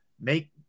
make